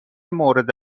مورد